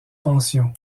pension